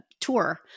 tour